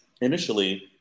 initially